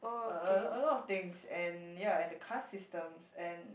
uh a lot of things and ya and the car systems and